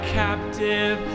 captive